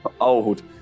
old